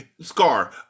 Scar